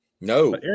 no